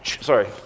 Sorry